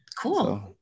cool